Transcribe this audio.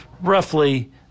roughly